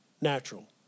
natural